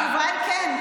התשובה היא כן.